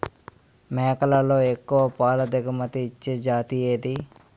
మేకలలో ఎక్కువ పాల దిగుమతి ఇచ్చే జతి ఏది?